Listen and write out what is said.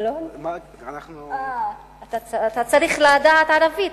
אתה צריך לדעת ערבית.